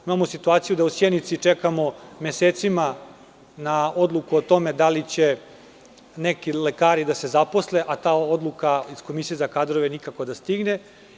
Imamo situaciju da u Sjenici čekamo mesecima na odluku o tome da li će neki lekari da se zaposle, a ta odluka iz Komisije za kadrove nikako da stigne.